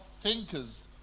thinkers